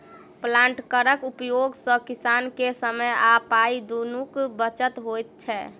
प्लांटरक उपयोग सॅ किसान के समय आ पाइ दुनूक बचत होइत छै